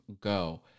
go